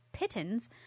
pittons